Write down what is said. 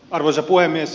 arvoisa puhemies